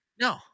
No